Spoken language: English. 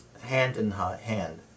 hand-in-hand